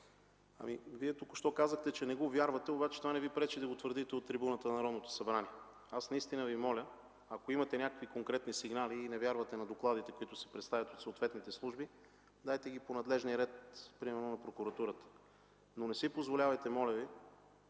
Вие току-що казахте, че не го вярвате, обаче това не Ви пречи да го твърдите от трибуната на Народното събрание. Аз наистина Ви моля, ако имате някакви конкретни сигнали и не вярвате на докладите, които се представят от съответните служби, дайте ги по надлежния ред примерно на прокуратурата, но не си позволявайте, моля Ви,